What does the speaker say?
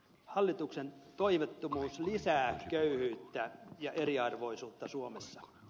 hallituksen toimettomuus lisää köyhyyttä ja eriarvoisuutta suomessa